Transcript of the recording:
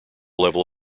level